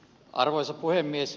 arvoisa puhemies